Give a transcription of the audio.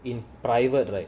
in private right